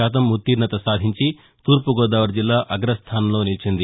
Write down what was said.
శాతం ఉత్తీర్ణత సాధించి తూర్పు గోదావరి జిల్లా అగస్థానంలో నిలిచింది